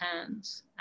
hands